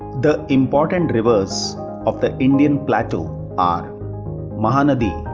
the important rivers of the indian plateau are mahanadi,